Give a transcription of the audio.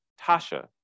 Tasha